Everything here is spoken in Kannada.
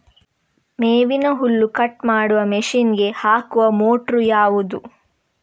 ಮೇವಿನ ಹುಲ್ಲು ಕಟ್ ಮಾಡುವ ಮಷೀನ್ ಗೆ ಹಾಕುವ ಮೋಟ್ರು ಯಾವುದು?